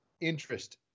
interest